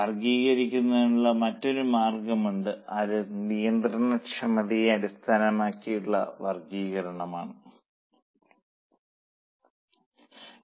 വർഗ്ഗീകരിക്കുന്നതിനുള്ള മറ്റൊരു മാർഗമുണ്ട് അത് നിയന്ത്രണക്ഷമതയെ അടിസ്ഥാനമാക്കിയുള്ള വർഗ്ഗീകരണം ആണ്